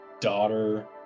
daughter